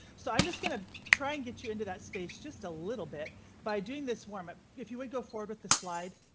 so i'm just going to try and get you into that space just a little bit by doing this warm. ah if you would go forward with the slide,